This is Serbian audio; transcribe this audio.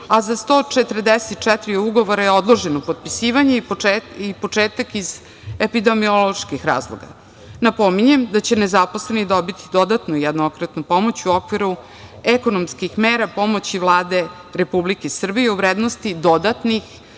a za 144 ugovora je odloženo potpisivanje i početak iz epidemioloških razloga. Napominjem da će nezaposleni dobiti dodatnu jednokratnu pomoć u okviru ekonomskih mera pomoći Vlade Republike Srbije u vrednosti dodatnih